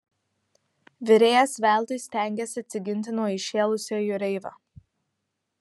virėjas veltui stengėsi atsiginti nuo įšėlusio jūreivio